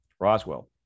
Roswell